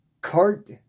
Cart